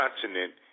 continent